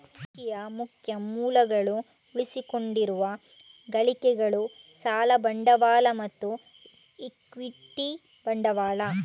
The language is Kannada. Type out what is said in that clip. ನಿಧಿಯ ಮುಖ್ಯ ಮೂಲಗಳು ಉಳಿಸಿಕೊಂಡಿರುವ ಗಳಿಕೆಗಳು, ಸಾಲ ಬಂಡವಾಳ ಮತ್ತು ಇಕ್ವಿಟಿ ಬಂಡವಾಳ